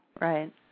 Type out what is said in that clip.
Right